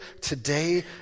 today